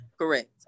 Correct